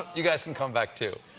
you guys can come back, too.